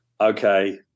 okay